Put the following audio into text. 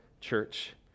church